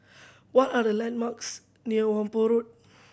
what are the landmarks near Whampoa Road